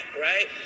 right